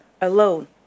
alone